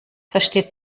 versteht